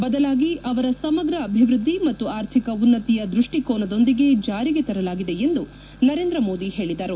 ಬದಲಾಗಿ ಅವರ ಸಮಗ್ರ ಅಭಿವ್ಯದ್ದಿ ಮತ್ತು ಆರ್ಥಿಕ ಉನ್ನತಿಯ ದೃಷ್ಟಿಕೋನದೊಂದಿಗೆ ಜಾರಿಗೆ ತರಲಾಗಿದೆ ಎಂದು ನರೇಂದ್ರ ಮೋದಿ ಹೇಳಿದರು